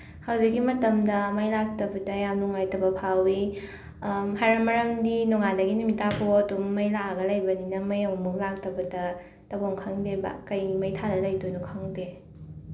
ꯍꯧꯖꯤꯛꯀꯤ ꯃꯇꯝꯗ ꯃꯩ ꯂꯥꯛꯇꯕꯗ ꯌꯥꯝ ꯅꯨꯡꯉꯥꯏꯇꯕ ꯐꯥꯎꯋꯤ ꯃꯔꯝꯗꯤ ꯅꯣꯡꯉꯥꯟꯕꯗꯒꯤ ꯅꯨꯃꯤꯠ ꯇꯥꯕ ꯐꯥꯎ ꯑꯗꯨꯝ ꯃꯩ ꯂꯥꯛꯑꯒ ꯂꯩꯕꯅꯤꯅ ꯃꯩ ꯑꯃꯨꯃꯨꯛ ꯂꯥꯛꯇꯕꯗ ꯇꯧꯕꯝ ꯈꯪꯗꯦꯕ ꯀꯔꯤ ꯃꯩ ꯊꯥꯜꯂ ꯂꯩꯗꯣꯏꯅꯣ ꯈꯪꯗꯦ